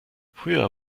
früher